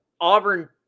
Auburn